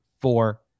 four